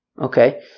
Okay